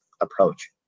approach